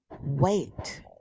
wait